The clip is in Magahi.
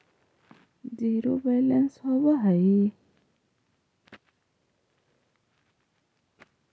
जिरो बैलेंस का होव हइ?